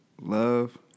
love